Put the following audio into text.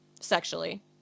sexually